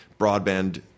broadband